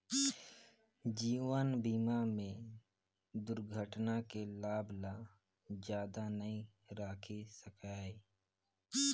जीवन बीमा में दुरघटना के लाभ ल जादा नई राखे सकाये